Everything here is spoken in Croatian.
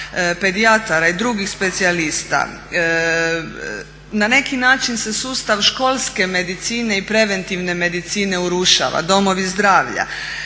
pedijatara i drugih specijalista. Na neki način se sustav školske medicine i preventivne medicine urušava, domovi zdravlja.